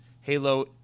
Halo